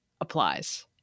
applies